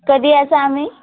कधी यायचं आम्ही